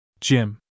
Jim